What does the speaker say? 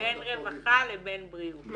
בין רווחה לבין בריאות.